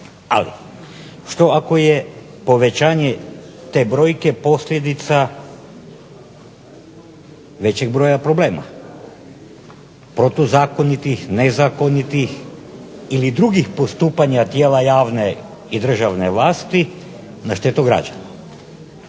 Ali, što ako je povećanje te brojke posljedica većeg broja problema, protuzakonitih, nezakonitih ili drugih postupanja tijela javne i državne vlasti na štetu građana?